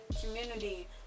community